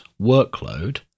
workload